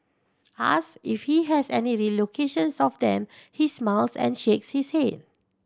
asked if he has any relocations of them he smiles and shakes his head